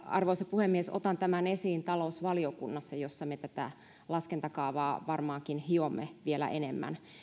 arvoisa puhemies otan tämän esiin talousvaliokunnassa jossa me tätä laskentakaavaa varmaankin hiomme vielä enemmän